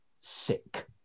sick